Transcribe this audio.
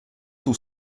tout